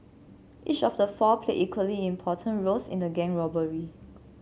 each of the four played equally important roles in the gang robbery